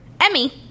Emmy